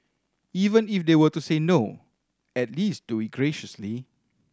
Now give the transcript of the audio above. even if they were to say no at least do it graciously